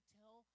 tell